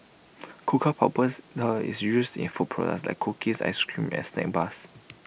cocoa powders is used in food products like cookies Ice Cream and snack bars